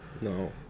No